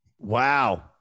Wow